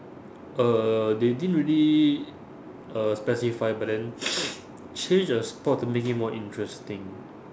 uh they didn't really uh specify but then change a sport to make it more interesting